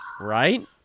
Right